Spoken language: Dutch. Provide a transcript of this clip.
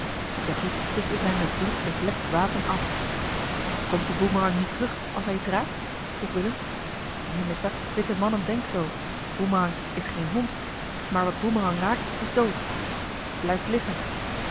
jacky wischte zijn met bloed bevlekt wapen af komt de boemerang niet terug als hij iets raakt vroeg willem neen missa witte mannen denk zoo boemerang is geen hond maar wat boemerang raak is dood blijft liggen